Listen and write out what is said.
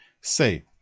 say